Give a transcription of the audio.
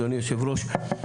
אדוני היושב ראש,